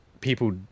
people